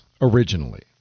originally